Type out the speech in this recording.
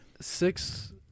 Six